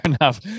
enough